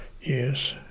Yes